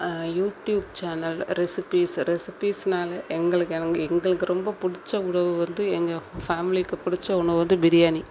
YouTube channel recipes ரெசிபிஸ்னாலே எங்களுக்கு எனங் எங்களுக்கு ரொம்ப பிடிச்ச உணவு வந்து எங்கள் ஃபேமிலிக்கு பிடிச்ச உணவு வந்து பிரியாணி